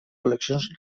col·leccions